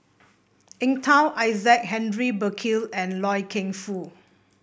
Eng Tow Isaac Henry Burkill and Loy Keng Foo